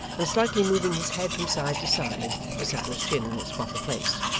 and slightly moving his head from side to side to settle his chin in its proper place.